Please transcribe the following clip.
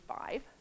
five